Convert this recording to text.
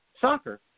soccer